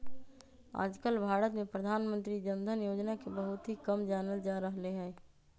आजकल भारत में प्रधानमंत्री जन धन योजना के बहुत ही कम जानल जा रहले है